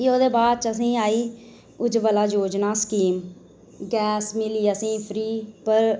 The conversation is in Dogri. प्ही ओह्दे बाद आई उज्जवला योजना गैस मिली असेंगी फ्री पर